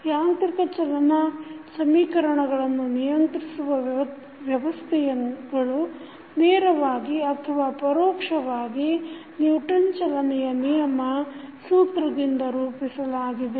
ಯಾಂತ್ರಿಕ ಚಲನಾ ಸಮೀಕರಣಗಳನ್ನು ನಿಯಂತ್ರಿಸುವ ವ್ಯವಸ್ಥೆಗಳು ನೇರವಾಗಿ ಅಥವಾ ಪರೋಕ್ಷವಾಗಿ ನಿವ್ಟನ್ ಚಲನೆಯ ನಿಯಮ Newton's law of motion ಸೂತ್ರದಿಂದ ರೂಪಿಸಲಾಗಿದೆ